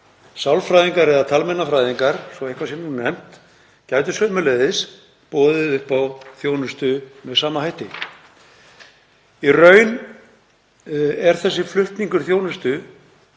sálfræðingar eða talmeinafræðingar, svo eitthvað sé nú nefnt, gætu sömuleiðis boðið upp á þjónustu með sama hætti. Í raun er þess háttar flutningur þjónustu